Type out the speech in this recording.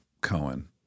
Cohen